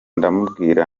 ndamubwira